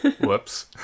Whoops